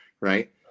Right